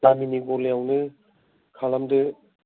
गामिनि गलायावनो खालामदो